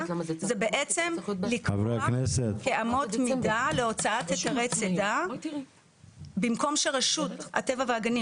זה בעצם לקבוע כאמות מידה להוצאת היתרי צידה במקום שרשות הטבע והגנים,